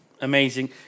amazing